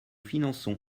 finançons